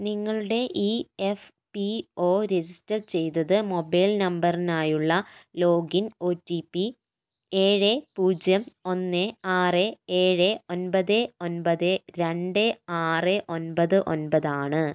നിങ്ങളുടെ E F P O register ചെയ്തത് mobile നമ്പറിനായുള്ള ലോഗിൻ ഒ ടി പി ഏഴ് പൂജ്യം ഒന്ന് ആറ് ഏഴ് ഒൻപത് ഒൻപത് രണ്ട് ആറ് ഒൻപത് ഒൻപതാണ്